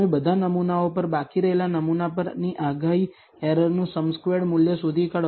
તમે બધા નમૂનાઓ પર બાકી રહેલા નમૂના પરની આગાહી એરરનું સમ સ્ક્વેર્ડ મૂલ્ય શોધી કાઢો